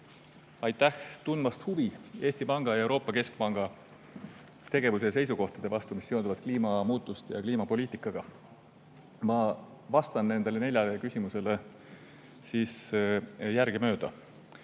Aitäh tundmast huvi Eesti Panga ja Euroopa Keskpanga tegevuse ja seisukohtade vastu, mis seonduvad kliimamuutuste ja kliimapoliitikaga! Ma vastan nendele neljale küsimusele siis järgemööda. Esiteks,